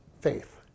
faith